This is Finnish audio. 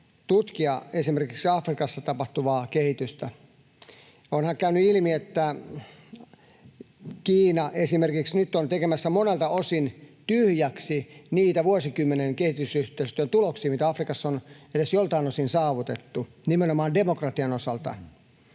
tutkia esimerkiksi Afrikassa tapahtuvaa kehitystä. Onhan käynyt ilmi, että esimerkiksi Kiina on nyt tekemässä monelta osin tyhjäksi niitä vuosikymmenien kehitysyhteistyön tuloksia, mitä Afrikassa on edes joltain osin saavutettu, nimenomaan demokratian osalta.